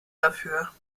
dafür